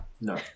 No